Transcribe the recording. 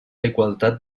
igualtat